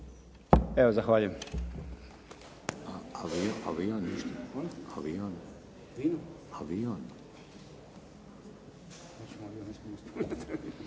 Evo zahvaljujem.